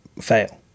fail